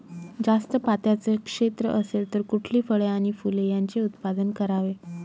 जास्त पात्याचं क्षेत्र असेल तर कुठली फळे आणि फूले यांचे उत्पादन करावे?